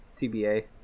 TBA